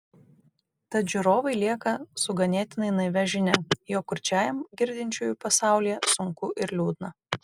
tad žiūrovai lieka su ganėtinai naivia žinia jog kurčiajam girdinčiųjų pasaulyje sunku ir liūdna